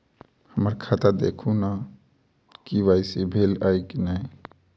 हम्मर खाता देखू नै के.वाई.सी भेल अई नै?